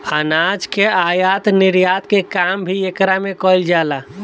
अनाज के आयत निर्यात के काम भी एकरा में कईल जाला